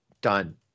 done